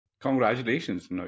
Congratulations